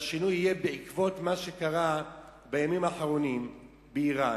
והשינוי יהיה בעקבות מה שקרה בימים האחרונים באירן.